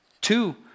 two